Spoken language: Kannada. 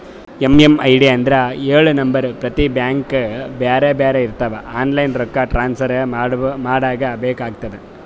ಎಮ್.ಎಮ್.ಐ.ಡಿ ಅಂದುರ್ ಎಳು ನಂಬರ್ ಪ್ರತಿ ಬ್ಯಾಂಕ್ಗ ಬ್ಯಾರೆ ಬ್ಯಾರೆ ಇರ್ತಾವ್ ಆನ್ಲೈನ್ ರೊಕ್ಕಾ ಟ್ರಾನ್ಸಫರ್ ಮಾಡಾಗ ಬೇಕ್ ಆತುದ